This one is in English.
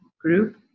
group